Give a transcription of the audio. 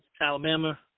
Alabama